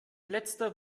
letzter